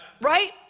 Right